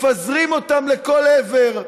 מפזרים אותם לכל עבר.